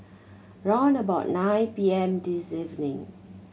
round about nine P M this evening